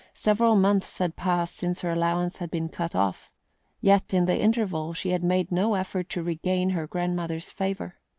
several months had passed since her allowance had been cut off yet in the interval she had made no effort to regain her grandmother's favour.